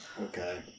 Okay